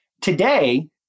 today